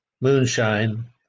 moonshine